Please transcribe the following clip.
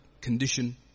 condition